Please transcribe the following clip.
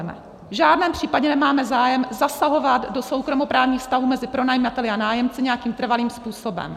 V žádném případě nemáme zájem zasahovat do soukromoprávních vztahů mezi pronajímateli a nájemci nějakým trvalým způsobem.